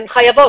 הן חייבות.